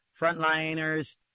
frontliners